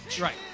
Right